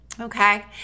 Okay